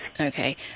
Okay